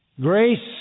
grace